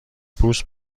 پوست